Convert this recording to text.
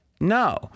No